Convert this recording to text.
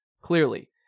Clearly